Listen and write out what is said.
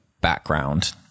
background